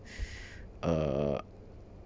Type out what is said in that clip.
uh